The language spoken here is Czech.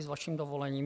S vaším dovolením.